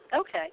Okay